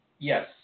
Yes